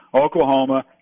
Oklahoma